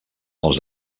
els